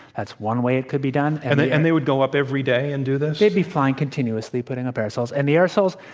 that's one way it could be done. and they and they would go up, every day, and do this? they'd be flying continuously, putting up aerosols. and the aerosols,